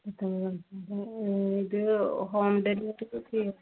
ഇത് ഇത് ഹോം ഡെലിവറിക്ക് ചെയ്യാം